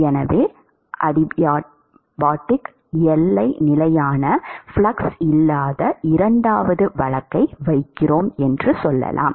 எனவே அடியாபாடிக் எல்லை நிலைக்கான ஃப்ளக்ஸ் இல்லாத இரண்டாவது வழக்கை வைக்கிறோம் என்று சொல்லலாம்